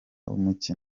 umuziki